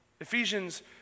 Ephesians